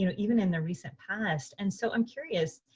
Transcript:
you know even in the recent past. and so i'm curious.